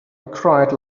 cried